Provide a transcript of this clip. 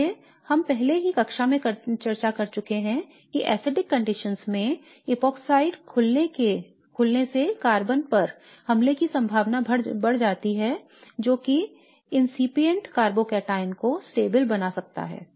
इसलिए हम पहले ही कक्षा में चर्चा कर चुके हैं कि अम्लीय परिस्थितियों में एपॉक्साइड खुलने से कार्बन पर हमले की संभावना बढ़ जाती है जो कि incipient कार्बोकैटायन को stable बना सकता है